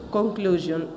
conclusion